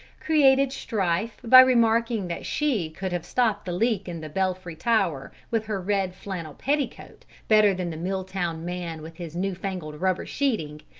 created strife by remarking that she could have stopped the leak in the belfry tower with her red flannel petticoat better than the milltown man with his new-fangled rubber sheeting,